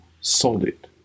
solid